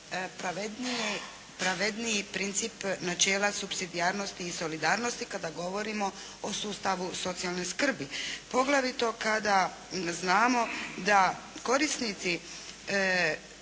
pravedniji princip supsidijarnosti i solidarnosti kada govorimo o sustavu socijalne skrbi. Poglavito kada znamo da korisnici